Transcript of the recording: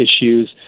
issues